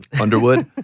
Underwood